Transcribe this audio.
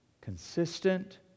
consistent